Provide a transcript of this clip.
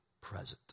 present